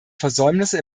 versäumnisse